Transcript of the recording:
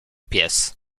pies